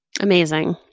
Amazing